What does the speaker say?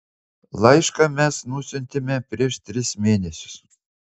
laišką mes nusiuntėme prieš tris mėnesius